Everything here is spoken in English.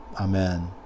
Amen